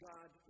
God